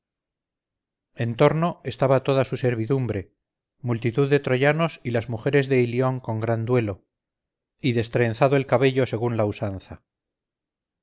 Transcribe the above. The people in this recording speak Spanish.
torno estaba toda su servidumbre multitud de troyanos y las mujeres de ilión con gran duelo y destrenzando el cabello según la usanza